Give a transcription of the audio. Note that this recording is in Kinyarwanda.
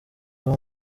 uba